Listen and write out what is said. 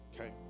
okay